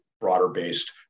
broader-based